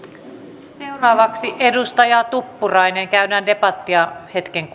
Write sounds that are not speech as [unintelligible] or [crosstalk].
seuraavaksi edustaja tuppurainen käydään debattia hetken [unintelligible]